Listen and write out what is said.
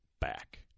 back